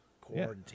Quarantine